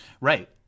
right